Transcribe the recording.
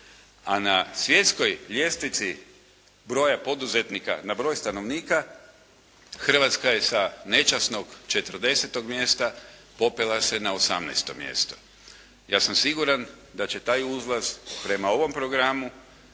A na svjetskoj ljestvici broja poduzetnika na broj stanovnika Hrvatska je sa nečasnog 40. mjesta popela se na 18. mjesto. Ja sam siguran da će taj uzlaz prema ovom programu,